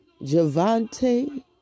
Javante